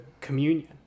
communion